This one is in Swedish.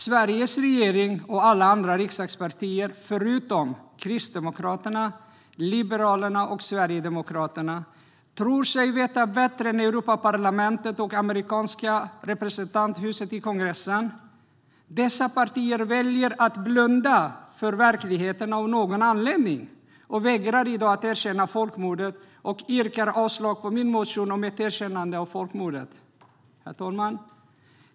Sveriges regering och alla andra riksdagspartier förutom Kristdemokraterna, Liberalerna och Sverigedemokraterna tror sig veta bättre än Europaparlamentet och det amerikanska representanthuset i kongressen. Dessa partier väljer av någon anledning att blunda för verkligheten och vägrar i dag att erkänna folkmordet och yrkar således avslag på min motion om ett erkännande av folkmordet.